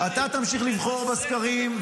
אתה תמשיך לבחור בסקרים,